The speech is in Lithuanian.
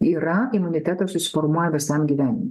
yra imunitetas susiformuoja visam gyvenimui